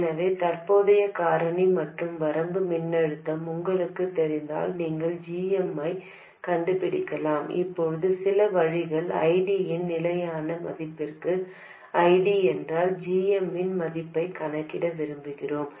எனவே தற்போதைய காரணி மற்றும் வரம்பு மின்னழுத்தம் உங்களுக்குத் தெரிந்தால் நீங்கள் g m ஐக் கண்டுபிடிக்கலாம் இப்போது சில வழிகளில் I D இன் நிலையான மதிப்புக்கு I D என்றால் g m இன் மதிப்பைக் கணக்கிட விரும்புகிறோம்